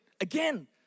Again